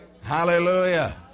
Hallelujah